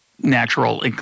natural –